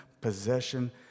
possession